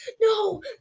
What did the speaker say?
no